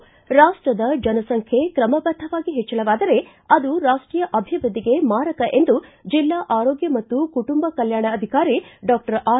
ರಾಷ್ಷದ ಜನಸಂಖ್ಯೆ ಕ್ರಮಬದ್ಧವಾಗಿ ಹೆಚ್ವಳವಾದರೆ ಅದು ರಾಷ್ಟೀಯ ಅಭಿವೃದ್ಧಿಗೆ ಮಾರಕ ಎಂದು ಜಿಲ್ಲಾ ಆರೋಗ್ಯ ಮತ್ತು ಕುಟುಂಬ ಕಲ್ಯಾಣ ಅಧಿಕಾರಿ ಡಾಕ್ಷರ್ ಆರ್